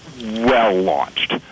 well-launched